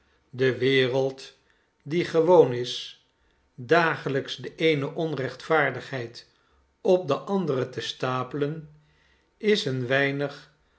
de wereld die gewoon is dagelijks de eene onrechtvaardigheid op de andere te stapelen is een weinig